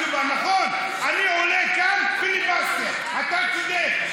נכון, אני עולה כאן לפיליבסטר, אתה צודק.